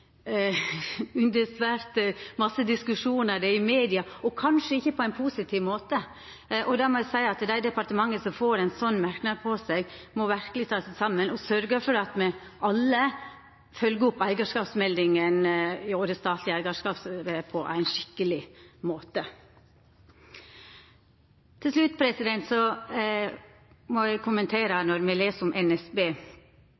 svært mye diskusjon rundt statleg eigarskap – det er i media og kanskje ikkje på ein positiv måte – og det departementet som får ein slik merknad på seg, må verkeleg ta seg saman og sørgja for at alle følgjer opp årets dokument når det gjeld statlege selskap, på ein skikkeleg måte. Til slutt må eg